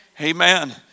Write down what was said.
Amen